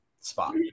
spot